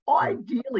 Ideally